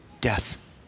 death